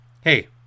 hey